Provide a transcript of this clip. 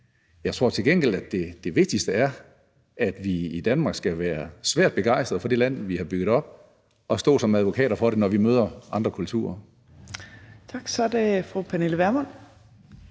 Jeg tror til gengæld, at det vigtigste er, at vi i Danmark er svært begejstrede for det land, vi har bygget op, og stå som advokater for det, når vi møder andre kulturer. Kl. 12:40 Fjerde næstformand